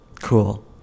Cool